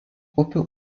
upių